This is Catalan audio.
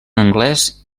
anglès